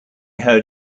heard